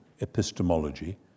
epistemology